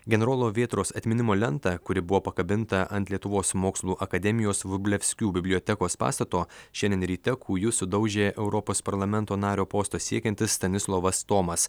generolo vėtros atminimo lentą kuri buvo pakabinta ant lietuvos mokslų akademijos vrublevskių bibliotekos pastato šiandien ryte kūju sudaužė europos parlamento nario posto siekiantis stanislovas tomas